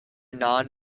non